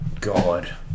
God